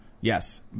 yes